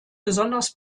besonders